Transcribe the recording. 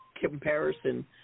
comparison